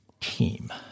team